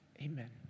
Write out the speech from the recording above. Amen